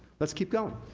let's keep going.